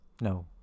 No